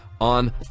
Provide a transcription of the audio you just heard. on